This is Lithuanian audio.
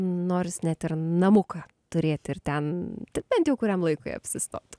noris net ir namuką turėti ir ten bent jau kuriam laikui apsistot